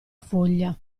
foglia